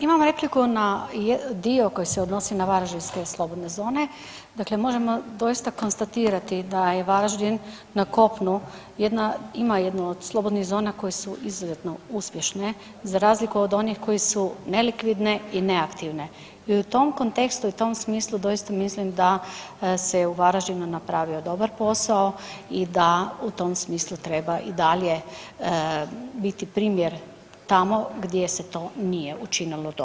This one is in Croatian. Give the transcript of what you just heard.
Imamo repliku na dio koji se odnosi na varaždinske slobodne zone, dakle možemo doista konstatirati da je Varaždin na kopnu jedna, ima jednu od slobodnih zona koje su izuzetno uspješne za razliku od onih koje su nelikvidne i neaktivne i u tom kontekstu i u tom smislu doista mislim da se u Varaždinu napravio dobar posao i da u tom smislu treba i dalje biti primjer tamo gdje se to nije učinilo dobro.